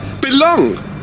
Belong